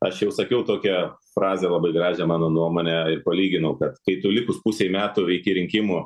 aš jau sakiau tokią frazę labai gražią mano nuomone ir palyginau kad kai tu likus pusei metų iki rinkimų